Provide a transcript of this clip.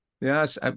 Yes